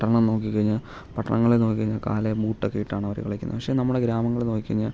പട്ടണം നോക്കിക്കഴിഞ്ഞാൽ പട്ടണങ്ങളെ നോക്കിക്കഴിഞ്ഞാൽ കാലിൽ ബൂട്ട് ഒക്കെ ഇട്ടാണ് അവർ കളിക്കുന്നത് പക്ഷേ നമ്മുടെ ഗ്രാമങ്ങളിൽ നോക്കിക്കഴിഞ്ഞാൽ